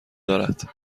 دارد